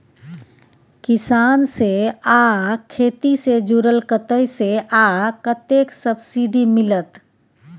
किसान से आ खेती से जुरल कतय से आ कतेक सबसिडी मिलत?